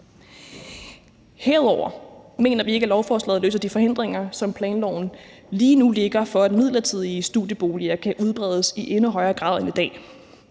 Herudover mener vi ikke, at lovforslaget løser de forhindringer, som planloven lige nu lægger for, at midlertidige studieboliger kan udbredes i endnu højere grad end i dag.